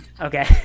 okay